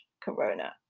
Corona